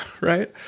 Right